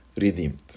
redeemed